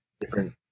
different